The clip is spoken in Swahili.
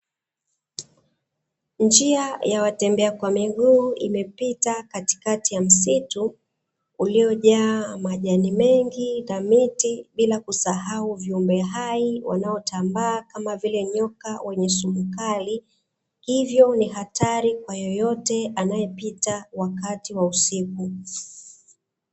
Njia ya watembea kwa miguu imepita katikati ya msitu uliojaa majani mengi na miti bila kusahau viumbe hai wanaotambaa kama vile nyoka wenye sumu kali, hivyo ni hatari kwa yoyote anayepita wakati wa usiku.